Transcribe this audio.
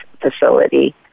facility